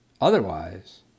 Otherwise